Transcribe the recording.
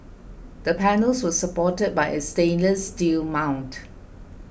the panels were supported by a stainless steel mount